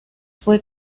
fue